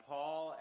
Paul